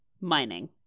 mining